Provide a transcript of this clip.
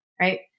right